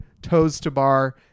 toes-to-bar